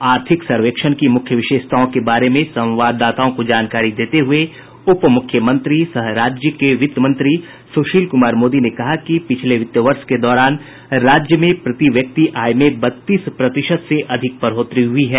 आर्थिक सर्वेक्षण की मुख्य विशेषताओं के बारे में संवाददाताओं को जानकारी देते हुए उप मुख्यमंत्री सह राज्य के वित्त मंत्री सुशील कुमार मोदी ने कहा कि पिछले वित्त वर्ष के दौरान राज्य में प्रति व्यक्ति आय में बत्तीस प्रतिशत से अधिक बढोतरी हुई है